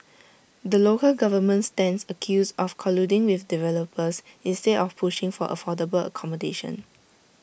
the local government stands accused of colluding with developers instead of pushing for affordable accommodation